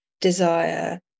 desire